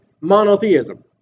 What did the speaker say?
monotheism